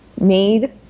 made